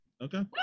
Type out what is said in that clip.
Okay